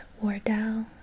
Wardell